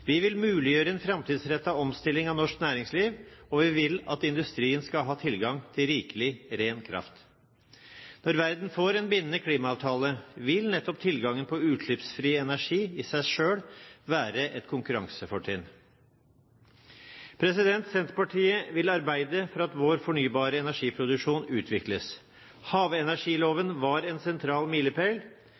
Vi vil muliggjøre en framtidsrettet omstilling av norsk næringsliv, og vi vil at industrien skal ha tilgang til rikelig, ren kraft. Når verden får en bindende klimaavtale, vil tilgangen på utslippsfri energi i seg selv være et konkurransefortrinn. Senterpartiet vil arbeide for at vår fornybare energiproduksjon utvikles. Havenergiloven var en sentral milepæl.